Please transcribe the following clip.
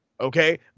Okay